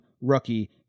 rookie